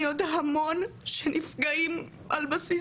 וחשוב לי שיהיה מה לעשות עם זה,